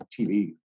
TV